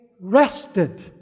rested